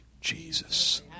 Jesus